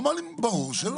הוא אמר לי ברור שלא.